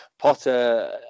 Potter